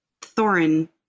Thorin